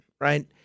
Right